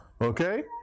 Okay